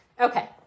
okay